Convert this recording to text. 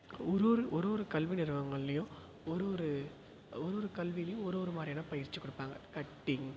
ஒரு ஒரு ஒரு ஒரு கல்வி நிறுவனங்கள்லேயும் ஒரு ஒரு ஒரு ஒரு கல்வியிலையும் ஒரு ஒரு மாதிரியான பயிற்சிக் கொடுப்பாங்க கட்டிங்